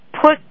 put